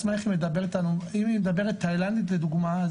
אם היא מדברת תאילנדית לדוגמא,